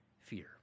fear